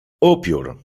upiór